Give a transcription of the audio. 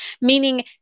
meaning